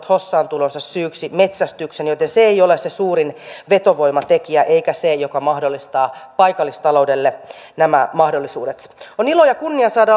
hossaan tulonsa syyksi metsästyksen joten se ei ole se suurin vetovoimatekijä eikä se joka mahdollistaa paikallistaloudelle nämä mahdollisuudet on ilo ja kunnia saada